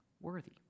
worthy